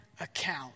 account